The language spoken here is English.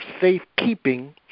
safekeeping